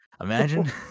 imagine